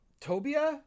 Tobia